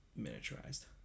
miniaturized